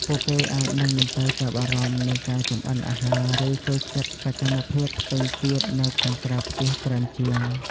ពួកគេអាចនឹងមិនសូវចាប់អារម្មណ៍នឹងការចម្អិនអាហារ ឬចូលចិត្តសកម្មភាពផ្សេងទៀតនៅខាងក្រៅផ្ទះច្រើនជាង ។